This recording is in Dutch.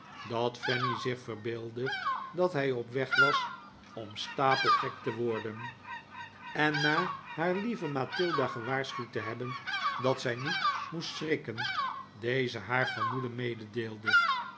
dat fanny zich verbeeldde dat hij op weg was om stapelgek te worden en na haar lieve mathilda gewaarschuwd te hebben dat zij niet moest schrikken deze haar vermoeden